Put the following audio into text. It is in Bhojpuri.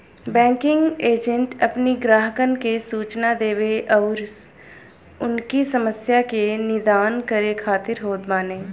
बैंकिंग एजेंट अपनी ग्राहकन के सूचना देवे अउरी उनकी समस्या के निदान करे खातिर होत बाने